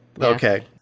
Okay